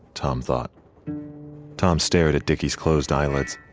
tom thought tom stared at dickie's closed eyelids.